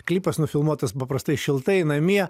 klipas nufilmuotas paprastai šiltai namie